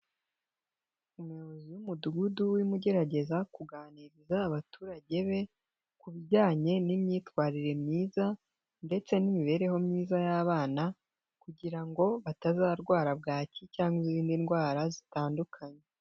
Umuyobozi w'umudugudu urimo ugerageza kuganiriza abaturage be, ku bijyanye n'imyitwarire myiza, ndetse n'imibereho myiza y'abana, kugira ngo batazarwara bwaki cyangwa izindi ndwara zitandukanye.